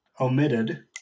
Omitted